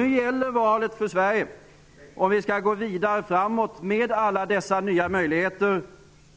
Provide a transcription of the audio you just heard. Nu gäller valet för Sverige om vi skall gå vidare framåt med alla dessa nya möjligheter